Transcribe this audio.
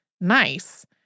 nice